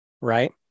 right